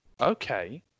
okay